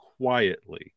quietly